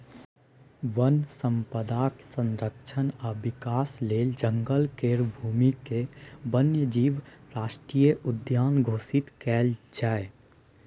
वन संपदाक संरक्षण आ विकास लेल जंगल केर भूमिकेँ वन्य जीव राष्ट्रीय उद्यान घोषित कएल जाए